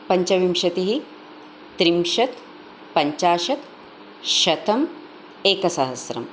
पञ्चविंशतिः त्रिंशत् पञ्चाशत् शतम् एकसहस्रम्